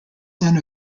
son